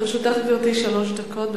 לרשותך, גברתי, שלוש דקות.